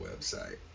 website